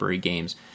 games